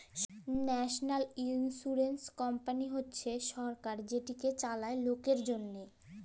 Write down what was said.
national ইলসুরেলস কমপালি হছে সরকার যেটকে চালায় লকের জ্যনহে